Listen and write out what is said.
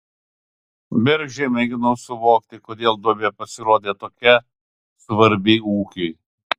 bergždžiai mėginau suvokti kodėl duobė pasirodė tokia svarbi ūkiui